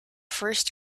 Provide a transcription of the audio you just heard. first